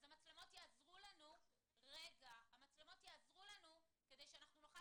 אז המצלמות יעזרו לנו כדי שאנחנו נוכל